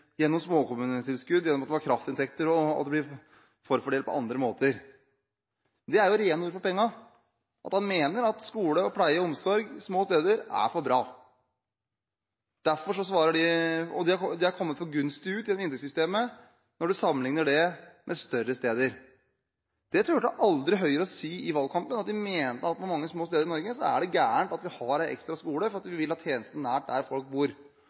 gjennom småkommunetilskudd, gjennom at man har kraftinntekter, og gjennom at det blir forfordelt på andre måter. Det er rene ord for pengene – en mener at skoler og pleie og omsorg på små steder er for bra, og at de har kommet for gunstig ut i inntektssystemet når en sammenligner med større steder. Det turte aldri Høyre å si i valgkampen – at de mente det var galt at vi på mange små steder i Norge har en ekstra skole fordi vi vil ha